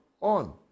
on